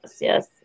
Yes